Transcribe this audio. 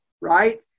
right